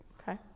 Okay